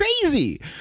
crazy